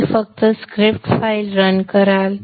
तुम्ही फक्त script file run कराल